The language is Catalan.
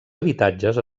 habitatges